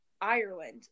Ireland